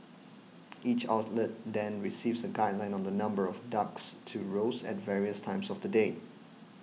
each outlet then receives a guideline on the number of ducks to roast at various times of the day